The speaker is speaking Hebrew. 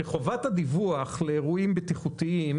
אני חושב שחובת הדיווח לאירועים בטיחותיים,